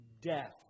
Death